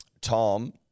Tom